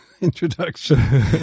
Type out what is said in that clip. Introduction